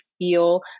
feel